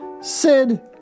sid